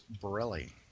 Borelli